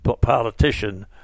politician